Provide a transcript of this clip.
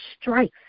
strife